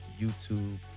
YouTube